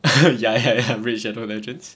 ya ya ya red shadow legends